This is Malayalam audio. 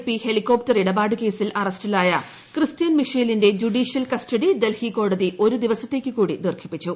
പി ഫ്ഹ്ലികോപ്ടർ ഇടപാടു കേസിൽ അറസ്റ്റിലായ ക്രിസ്ത്യൂൻ മിഷേലിന്റെ ജുഡീഷ്യൽ കസ്റ്റഡി ഡൽഹി കോടതി ഒരു ദീവസത്തേക്കു കൂടി ദീർഘിപ്പിച്ചു